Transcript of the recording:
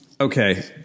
Okay